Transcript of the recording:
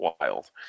wild